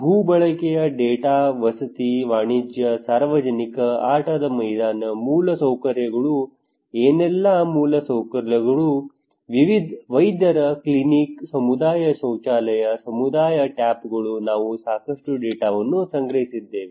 ಭೂ ಬಳಕೆಯ ಡೇಟಾ ವಸತಿ ವಾಣಿಜ್ಯ ಸಾರ್ವಜನಿಕ ಆಟದ ಮೈದಾನ ಮೂಲಸೌಕರ್ಯಗಳು ಏನೆಲ್ಲಾ ಮೂಲಸೌಕರ್ಯಗಳು ವೈದ್ಯರ ಕ್ಲಿನಿಕ್ ಸಮುದಾಯ ಶೌಚಾಲಯ ಸಮುದಾಯ ಟ್ಯಾಪ್ಗಳುನಾವು ಸಾಕಷ್ಟು ಡೇಟಾವನ್ನು ಸಂಗ್ರಹಿಸಿದ್ದೇವೆ